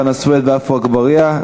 חנא סוייד ועפו אגבאריה,